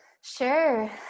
Sure